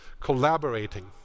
Collaborating